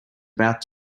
about